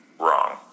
wrong